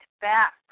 back